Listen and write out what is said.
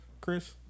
Chris